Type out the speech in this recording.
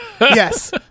yes